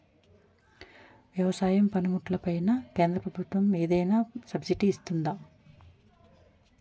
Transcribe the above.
వ్యవసాయ పనిముట్లు పైన కేంద్రప్రభుత్వం ఏమైనా సబ్సిడీ ఇస్తుందా?